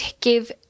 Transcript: give